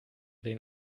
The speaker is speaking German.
den